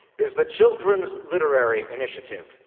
is the children's literary initiative,